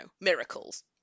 miracles